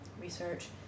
research